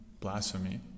blasphemy